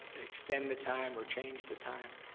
extend the time or change the time,